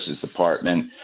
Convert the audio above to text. Department